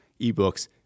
ebooks